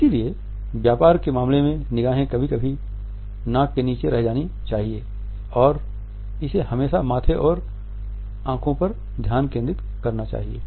इसलिए व्यापार के मामले में निगाहें कभी भी नाक के नीचे नहीं जानी चाहिए और इसे हमेशा माथे और आंखों पर ध्यान केंद्रित करना चाहिए